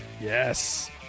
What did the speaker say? Yes